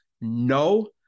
No